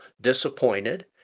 disappointed